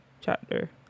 chapter